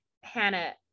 Hannah